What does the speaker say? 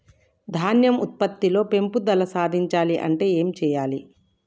ధాన్యం ఉత్పత్తి లో పెంపుదల సాధించాలి అంటే ఏం చెయ్యాలి?